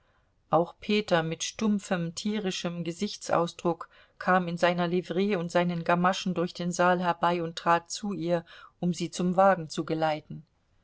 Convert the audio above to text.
auch peter mit stumpfem tierischem gesichtsausdruck kam in seiner livree und seinen gamaschen durch den saal herbei und trat zu ihr um sie zum wagen zu geleiten